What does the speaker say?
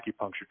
acupuncture